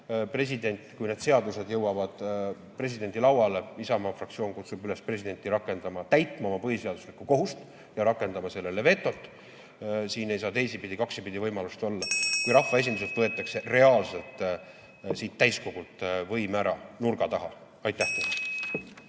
kaaperdamine. Kui need seadused jõuavad presidendi lauale, siis Isamaa fraktsioon kutsub üles presidenti täitma oma põhiseaduslikku kohust ja rakendama sellele vetot. Siin ei saa teisipidi, kaksipidi võimalust olla, kui rahvaesinduselt võetakse reaalselt, siit täiskogult võim ära nurga taha. Aitäh